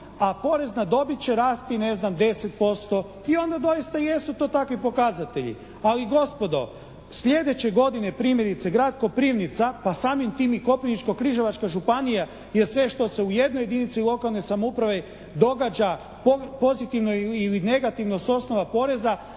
a porez na dobit će rasti ne znam 10% i onda doista jesu to takvi pokazatelji. Ali gospodo sljedeće godine primjerice grad Koprivnica, pa samim tim i Koprivničko-križevačka županija je sve što se u jednoj jedinici lokalne samouprave događa pozitivno ili negativno s osnova poreza,